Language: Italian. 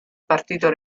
partito